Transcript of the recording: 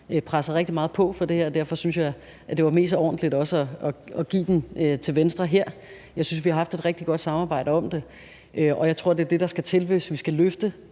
presset rigtig meget på for det her, og derfor syntes jeg, det var mest ordentligt også at give den til Venstre her. Jeg synes, vi har haft et rigtig godt samarbejde om det, og jeg tror, at det er det, der skal til, hvis vi skal løfte